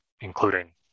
including